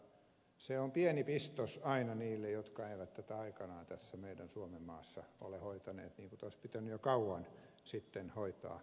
mutta se on pieni pistos aina niille jotka eivät tätä aikanaan tässä meidän suomen maassa ole hoitaneet niin kuin tämä olisi pitänyt jo kauan sitten hoitaa